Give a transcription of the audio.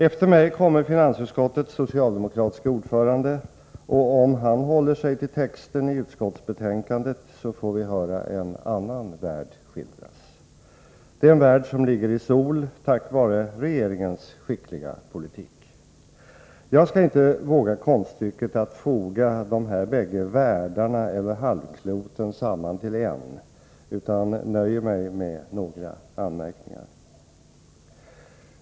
Efter mig kommer finansutskottets socialdemokratiske ordförande, och om han håller sig till texten i utskottsbetänkandet, får vi höra en annan värld skildras. Det är en värld som ligger i sol tack vare regeringens skickliga politik. Jag skall inte våga konststycket att foga de bägge världarna eller halvkloten samman till en, utan nöjer mig med några anmärkningar.